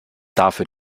dafür